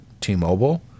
T-Mobile